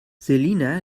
selina